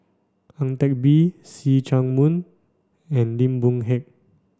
Ang Teck Bee See Chak Mun and Lim Boon Heng